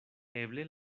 eble